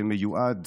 שמיועד